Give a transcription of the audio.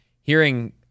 hearing